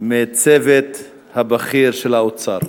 מהצוות הבכיר של האוצר.